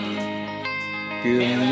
Good